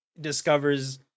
discovers